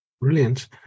Brilliant